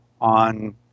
on